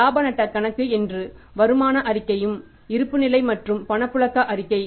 இலாப நட்ட கணக்கு என்று வருமான அறிக்கை இருப்புநிலை மற்றும் பணப்புழக்க அறிக்கை